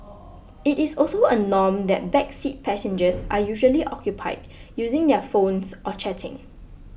it is also a norm that back seat passengers are usually occupied using their phones or chatting